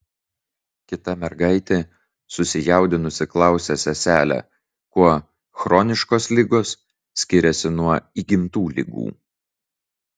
kita mergaitė susijaudinusi klausia seselę kuo chroniškos ligos skiriasi nuo įgimtų ligų